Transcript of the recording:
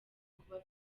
kuba